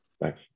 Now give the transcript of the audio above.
thanks